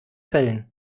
fällen